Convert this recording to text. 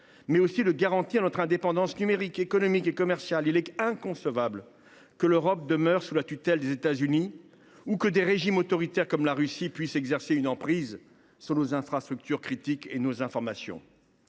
mais aussi de garantir notre indépendance numérique, économique et commerciale. Il est inconcevable que l’Europe demeure sous la tutelle des États Unis ou que des régimes autoritaires comme la Russie puissent exercer une emprise sur nos infrastructures critiques et nos informations.